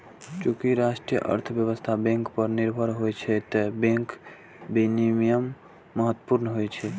चूंकि राष्ट्रीय अर्थव्यवस्था बैंक पर निर्भर होइ छै, तें बैंक विनियमन महत्वपूर्ण होइ छै